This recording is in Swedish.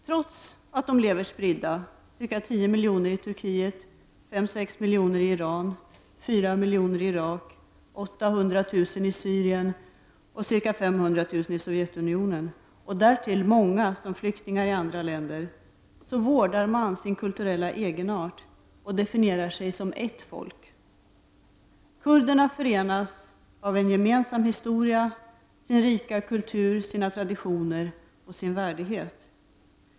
Trots att de lever spridda — det finns ca 10 miljoner i Turkiet, 5—6 miljoner i Iran, 4 miljoner i Irak, 800 000 i Syrien, ca 500 000 i Sovjetunionen och därtill lever många som flyktingar i andra länder — vårdar man sin kulturella egenart och definierar sig som ett folk. Kurderna förenas av en gemensam historia, sin rika kultur, sina traditioner och sin värdighet.